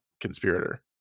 conspirator